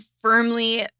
firmly